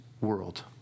world